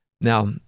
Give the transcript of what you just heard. Now